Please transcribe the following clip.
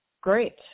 Great